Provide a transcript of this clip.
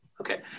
okay